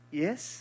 yes